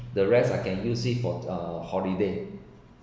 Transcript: the rest I can use it for uh holiday